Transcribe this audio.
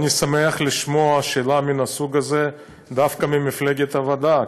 אני שמח לשמוע שאלה מן הסוג הזה דווקא ממפלגת העבודה.